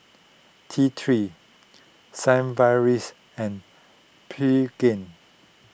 T three Sigvaris and Pregain